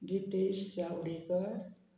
Gitesh Chawdekar